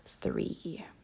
three